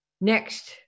Next